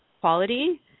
quality